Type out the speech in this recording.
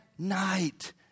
night